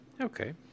okay